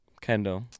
Kendall